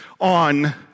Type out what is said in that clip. on